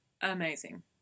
Amazing